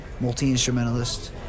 Multi-instrumentalist